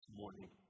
morning